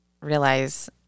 realize